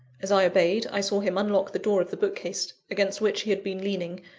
as i obeyed, i saw him unlock the door of the bookcase against which he had been leaning,